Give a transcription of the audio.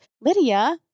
Lydia